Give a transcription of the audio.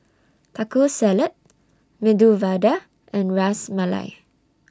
Taco Salad Medu Vada and Ras Malai